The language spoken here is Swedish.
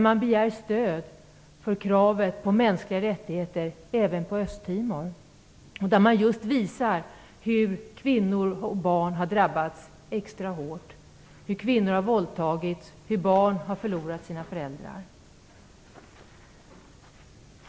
Man begär där stöd för kravet på mänskliga rättigheter även på Östtimor och visar hur just kvinnor och barn har drabbats extra hårt: hur kvinnor har våldtagits och hur barn har förlorat sina föräldrar.